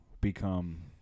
become